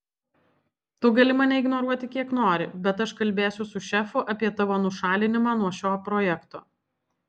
tu gali mane ignoruoti kiek nori bet aš kalbėsiu su šefu apie tavo nušalinimą nuo šio projekto